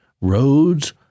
roads